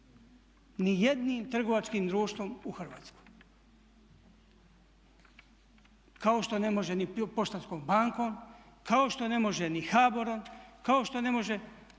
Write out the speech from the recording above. ni jednim trgovačkim društvom u Hrvatskoj kao što ne može ni Poštanskom bankom, kao što ne može ni HBOR-om, kao što ne može,